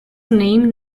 named